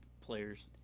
players